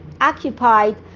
occupied